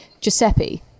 giuseppe